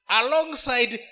alongside